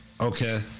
Okay